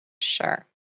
Sure